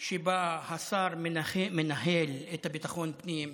שבה השר מנהל את ביטחון הפנים,